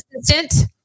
assistant